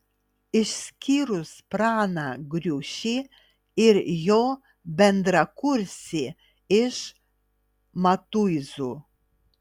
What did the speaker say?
išskyrus praną griušį ir jo bendrakursį iš matuizų